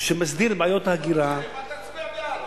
שמסדיר את בעיות ההגירה, לא מתלהב, אל תצביע בעד.